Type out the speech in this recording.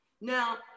Now